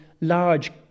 large